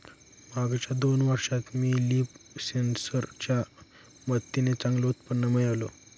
मागच्या दोन वर्षात मी लीफ सेन्सर च्या मदतीने चांगलं उत्पन्न मिळवलं